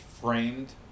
framed